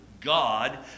God